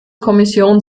kommission